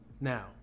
now